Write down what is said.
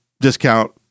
discount